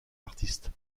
artistes